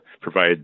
provide